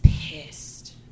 pissed